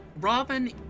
Robin